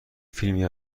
فیلمی